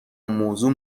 موضوع